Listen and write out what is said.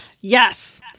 Yes